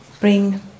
bring